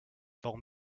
warum